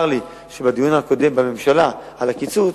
צר לי שבדיון הקודם בממשלה על הקיצוץ,